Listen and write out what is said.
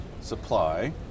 supply